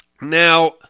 Now